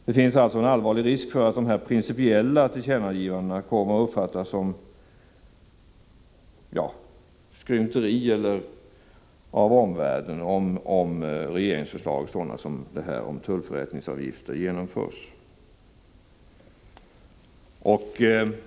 Det finns alltså en allvarlig risk för att dessa principiella tillkännagivanden kommer att uppfattas som skrymteri av omvärlden, om regeringsförslaget om tullförrättningsavgifter genomförs.